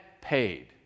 paid